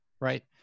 right